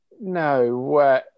No